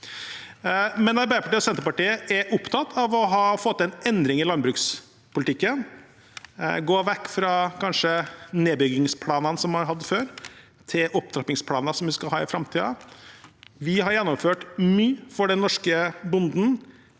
Arbeiderpartiet og Senterpartiet er opptatt av å få til en endring i landbrukspolitikken og å gå vekk fra nedbyggingsplanene som vi har hatt før, til opptrappingsplaner vi skal ha i framtiden. Vi har gjennomført mye for den norske bonden.